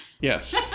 Yes